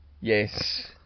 Yes